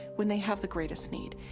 when they have the greatest need.